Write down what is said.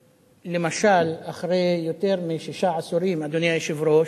למשל, אחרי יותר משישה עשורים, אדוני היושב-ראש,